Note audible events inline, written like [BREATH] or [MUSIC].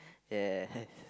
[BREATH] yes